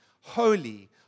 holy